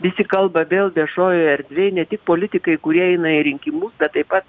visi kalba vėl viešojoj erdvėj ne tik politikai kurie eina į rinkimus taip pat